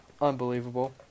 unbelievable